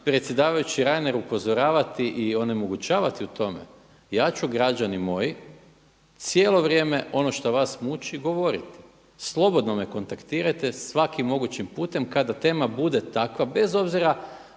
predsjedavajući Reiner upozoravati i onemogućavati u tome. Ja ću građani moji cijelo vrijeme ono što vas muči govoriti. Slobodno me kontaktirajte svakim mogućim putem kada tema bude takva, bez obzira